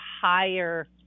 higher